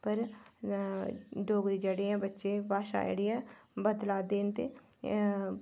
पर डोगरी जेह्ड़े बच्चे भाशा जेह्ड़ी ऐ बदला दे न ते